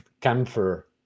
camphor